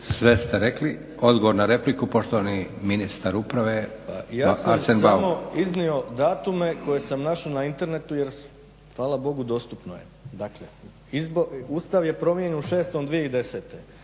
sve ste rekli. Odgovor na repliku, poštovani ministar uprave Arsen Bauk. **Bauk, Arsen (SDP)** Ja sam samo iznio datume koje sam našao na internetu jer hvala Bogu dostupno je. Dakle, Ustav je promijenjen u 6. 2010.,